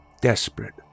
desperate